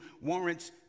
warrants